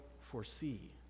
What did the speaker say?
foresee